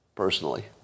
personally